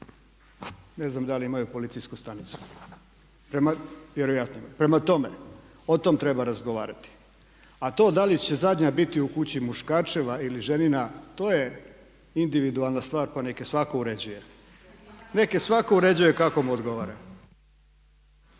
Ne znam da li imaju policijsku stanicu. Prema tome, o tom treba razgovarati. A to da li će zadnja biti u kući muškarčeva ili ženina to je individualna stvar, pa neka svatko uređuje, nek' je svatko uređuje kako mu odgovara.